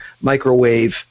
microwave